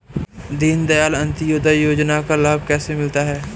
दीनदयाल अंत्योदय योजना का लाभ किसे मिलता है?